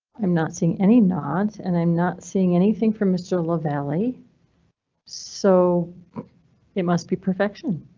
i'm not seeing any nods, and i'm not seeing anything from mr. lavalley. so it must be perfection.